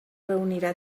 reunirà